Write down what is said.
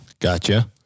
Gotcha